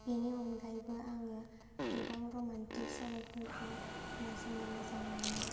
बेनि अनगायैबो आङो गोबां रमान्टिक सल'फोरखौ खोनासंनो मोजां मोनो